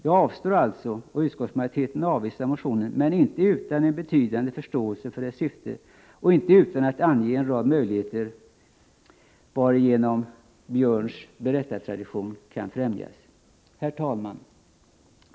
Jag avstår alltså, och utskottsmajoriteten avvisar motionen; men inte utan en betydande förståelse för dess syfte och inte utan att ange en rad möjligheter varigenom den av Björn Samuelson aktualiserade berättartraditionen kan främjas. Herr talman!